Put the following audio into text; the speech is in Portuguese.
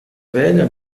velha